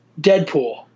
Deadpool